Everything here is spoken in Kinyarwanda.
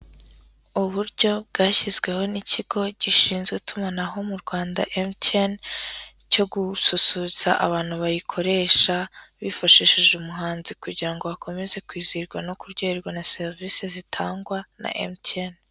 Uburyo bwashyizweho n'ikigo gishinzwe itumanaho mu Rwanda MTN, cyo gususurutsa abantu bayikoresha, bifashishije umuhanzi kugira ngo bakomeze kwizihirwa no kuryoherwa na serivisi zitangwa na MTN.